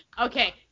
okay